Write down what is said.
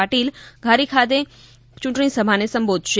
પાટીલ ધારી ખાતે ચૂંટણી સભાને સંબોધશે